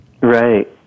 Right